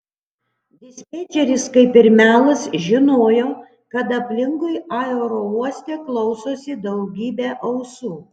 dispečeris kaip ir melas žinojo kad aplinkui aerouoste klausosi daugybė ausų